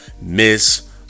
Miss